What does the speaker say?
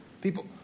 people